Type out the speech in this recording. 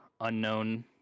unknown